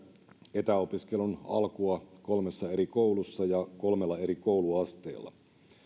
etäopiskelun alkua kolmessa eri koulussa ja kolmella eri kouluasteella